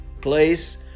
place